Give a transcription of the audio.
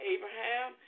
Abraham